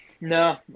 No